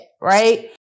right